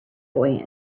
boy